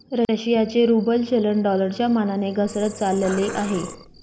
रशियाचे रूबल चलन डॉलरच्या मानाने घसरत चालले आहे